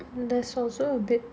and there's also a bit